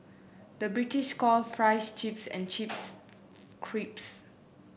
the British calls fries chips and chips crisps